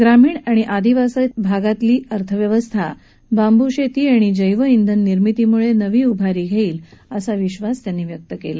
ग्रामीण आणि आदिवासी भागातील अर्थव्यवस्था बाम्बू शेती आणि जैव इंधन निर्मितीम्ळे नवी उभारी घेईल असा विश्वासही त्यांनी यावेळी व्यक्त केला